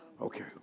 Okay